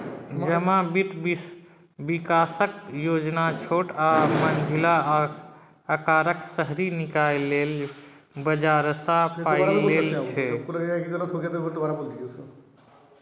जमा बित्त बिकासक योजना छोट आ मँझिला अकारक शहरी निकाय लेल बजारसँ पाइ लेल छै